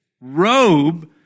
robe